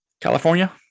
california